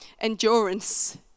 Endurance